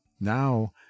now